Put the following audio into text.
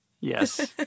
Yes